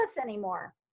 anymore